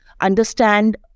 understand